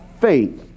faith